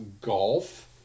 golf